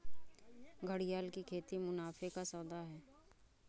घड़ियाल की खेती मुनाफे का सौदा है